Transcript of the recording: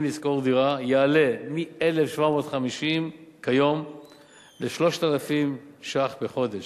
לשכור דירה יעלה מ-1,750 ש"ח כיום ל-3,000 ש"ח בחודש.